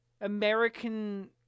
American